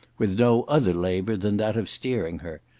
with no other labour than that of steering her,